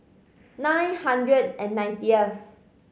nine hundred and ninetieth